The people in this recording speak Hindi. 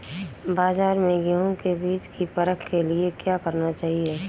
बाज़ार में गेहूँ के बीज की परख के लिए क्या करना चाहिए?